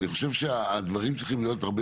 אני חושב שהדברים צריכים להיות יותר